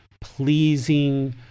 pleasing